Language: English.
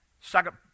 Second